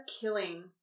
killing